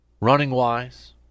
Running-wise